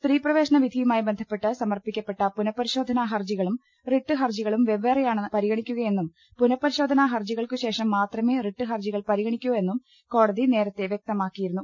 സ്ത്രീ പ്രവേശന വിധിയുമായി ബന്ധപ്പെട്ട് സമർപ്പിക്കപ്പെട്ട പുനപരിശോധനാ ഹർജികളും റിട്ട് ഹർജികളും വെവ്വേറെയാണ് പരിഗണിക്കുകയെന്നും പുനപരിശോധനാ ഹർജികൾക്കുശേഷം മാത്രമേ റിട്ട് ഹർജികൾ പരിഗണിക്കൂ വെന്നും കോടതി നേരത്തെ വ്യക്തമാക്കിയിരുന്നു